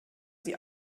sie